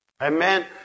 Amen